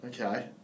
Okay